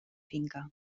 finca